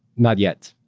not yet.